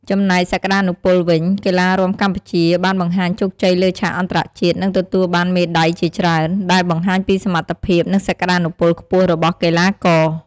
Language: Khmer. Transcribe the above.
ចំណែកសក្ដានុពលវិញ កីឡារាំកម្ពុជាបានបង្ហាញជោគជ័យលើឆាកអន្តរជាតិ និងទទួលបានមេដៃជាច្រើន ដែលបង្ហាញពីសមត្ថភាព និងសក្តានុពលខ្ពស់របស់កីឡាករ។